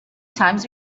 times